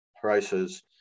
prices